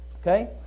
Okay